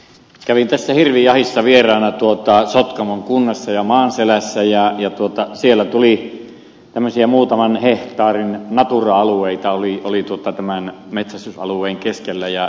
kävin tässä hirvijahdissa vieraana sotkamon kunnassa ja maanselässä ja siellä tämmöisiä muutaman hehtaarin natura alueita oli tämän metsästysalueen keskellä